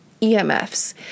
EMFs